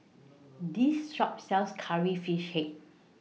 This Shop sells Curry Fish Head